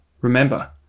remember